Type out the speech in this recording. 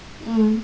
mm